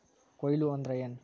ಕೊಯ್ಲು ಅಂದ್ರ ಏನ್?